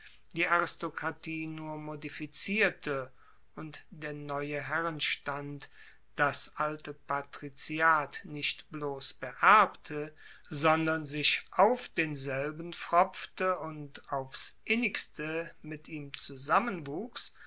die aristokratie nur modifizierte und der neue herrenstand das alte patriziat nicht bloss beerbte sondern sich auf denselben pfropfte und aufs innigste mit ihm zusammenwuchs